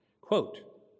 Quote